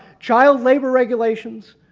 child labor regulations,